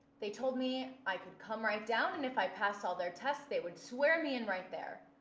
they told me i could come right down, and if i passed all their tests, they would swear me in right there.